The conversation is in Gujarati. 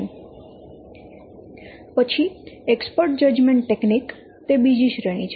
પછી એક્સપર્ટ જજમેન્ટ ટેકનીક તે બીજી શ્રેણી છે